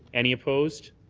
any opposed?